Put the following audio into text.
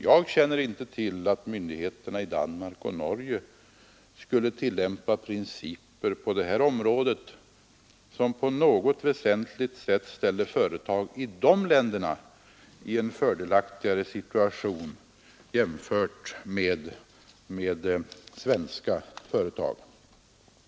Jag känner inte till att myndigheterna i Danmark och Norge på detta område skulle tillämpa principer som på något väsentligt sätt ställer företag i de länderna i en mera fördelaktig situation än företag i Sverige.